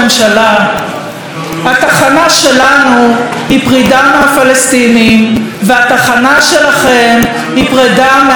התחנה שלנו היא פרידה מהפלסטינים והתחנה שלכם היא פרידה מהדמוקרטיה.